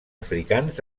africans